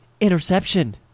Interception